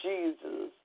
Jesus